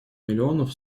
миллионов